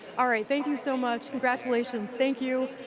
all right, thank you so much. congratulations, thank you,